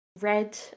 red